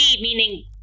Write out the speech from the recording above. meaning